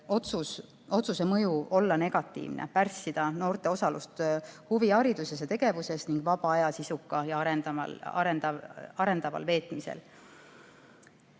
otsuse mõju olla negatiivne, pärssida noorte osalust huvihariduses ja -tegevuses ning nende vaba aja sisukat ja arendavat veetmist.